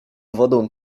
wodę